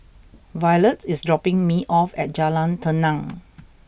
Violette is dropping me off at Jalan Tenang